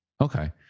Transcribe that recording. Okay